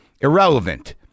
irrelevant